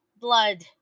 blood